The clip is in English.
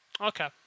Okay